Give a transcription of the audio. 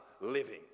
living